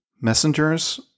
Messengers